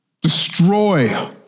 Destroy